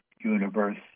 universe